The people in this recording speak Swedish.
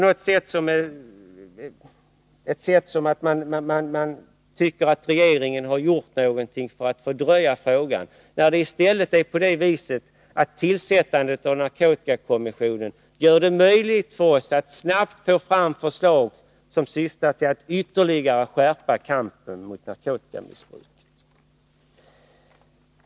Det är som om man tycker att regeringen har gjort någonting för att fördröja frågans lösning, när det i stället är så att tillsättandet av narkotikakommissionen gör det möjligt för oss att snabbt få fram förslag som syftar till att ytterligare skärpa kampen mot narkotikamissbruket.